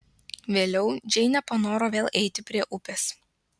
vėliau džeinė panoro vėl eiti prie upės